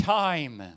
time